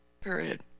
Period